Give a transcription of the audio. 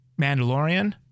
Mandalorian